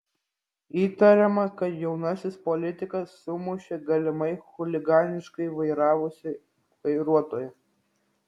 įtariama kad jaunasis politikas sumušė galimai chuliganiškai vairavusį vairuotoją